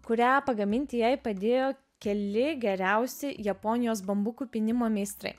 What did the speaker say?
kurią pagaminti jai padėjo keli geriausi japonijos bambukų pynimo meistrai